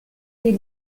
les